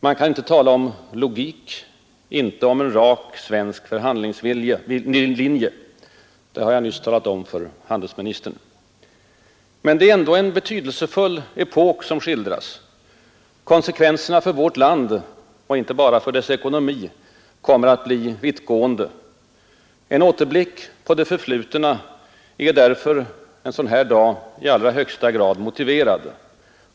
Man kan inte tala om logik, inte om en rak svensk förhandlingslinje — det har jag nyss talat om för handelsministern. Men det är ändå en betydelsefull epok som skildras. Konsekvenserna för vårt land och inte bara för dess ekonomi kommer att bli vittgående. En återblick på det förflutna är därför en sådan här dag i allra högsta grad motiverad.